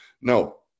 No